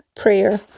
prayer